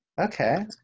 Okay